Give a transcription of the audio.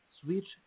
switch